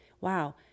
wow